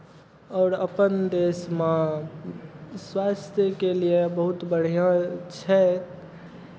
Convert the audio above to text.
आओर अपन देशमे स्वास्थ्यके लिए बहुत बढ़िआँ छै